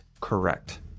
correct